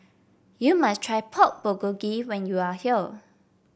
you must try Pork Bulgogi when you are here